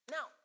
Now